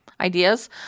ideas